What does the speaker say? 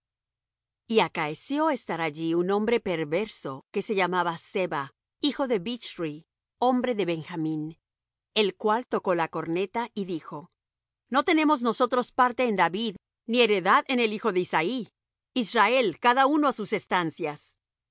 que se llamaba seba hijo de bichri hombre de benjamín el cual tocó la corneta y dijo no tenemos nosotros parte en david ni heredad en el hijo de isaí israel cada uno á sus estancias